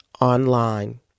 online